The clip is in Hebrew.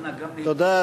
תודה.